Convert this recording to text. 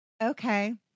Okay